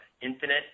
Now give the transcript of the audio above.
infinite